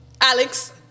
Alex